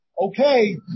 Okay